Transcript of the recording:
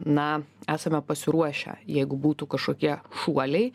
na esame pasiruošę jeigu būtų kažkokie šuoliai